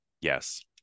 yes